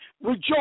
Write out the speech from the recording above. Rejoice